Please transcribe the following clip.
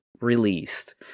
released